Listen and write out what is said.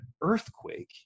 earthquake